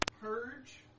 Purge